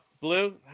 Blue